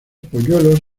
polluelos